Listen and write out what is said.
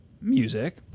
music